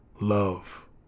love